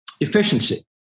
efficiency